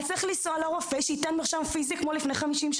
צריך לנסוע לרופא כדי שייתן מרשם פיזי ושיחתום,